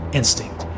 instinct